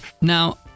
Now